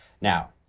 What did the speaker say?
Now